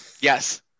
yes